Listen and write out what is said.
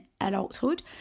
adulthood